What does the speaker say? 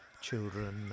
children